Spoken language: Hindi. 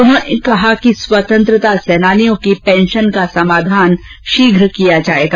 उन्होंने कहा कि स्वतंत्रता सेनानियों की पेंशन का समाधान शीघ्र होगा